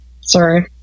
Sorry